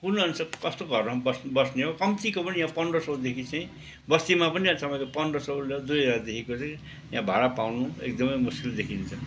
कुनअनुसार कस्तो घरमा बस्ने बस्ने हो कम्तीको पनि यहाँ पन्ध्र सयदेखि चाहिँ बस्तीमा पनि तपाईँको पन्द्र सय दुई हजारदेखिको चाहिँ यहाँ भाडा पाउनु एकदमै मुस्किल देखिन्छ